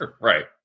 Right